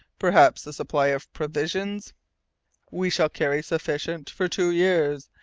perhaps the supply of provisions we shall carry sufficient for two years,